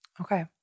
Okay